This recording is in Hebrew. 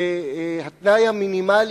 והתנאי המינימלי,